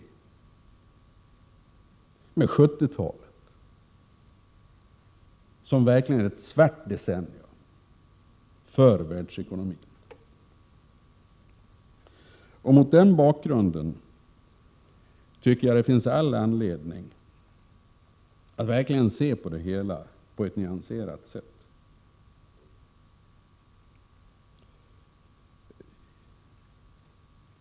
1970-talet är verkligen ett svart decennium för världsekonomin. Mot den bakgrunden finns det all anledning att verkligen se på det hela på ett nyanserat sätt.